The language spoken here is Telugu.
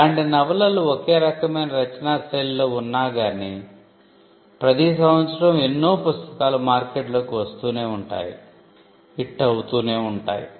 ఇలాంటి నవలలు ఒకే రకమైన రచనాశైలిలో ఉన్నా గానీ ప్రతీ సంవత్సరం ఎన్నో పుస్తకాలు మార్కెట్ లోకి వస్తూనే ఉంటాయి హిట్ అవుతూనే ఉంటాయి